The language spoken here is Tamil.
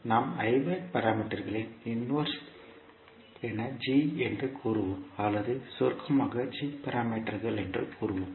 எனவே நாம் ஹைபிரிட் பாராமீட்டர்களின் இன்வர்ஸ் என g என்று கூறுவோம் அல்லது சுருக்கமாக g பாராமீட்டர்கள் என்று கூறுவோம்